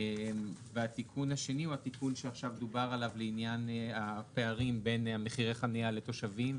הוא התיקון שעכשיו דובר עליו לעניין הפערים בין מחירי חניה לתושבים,